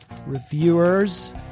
reviewers